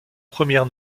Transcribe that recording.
première